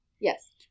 Yes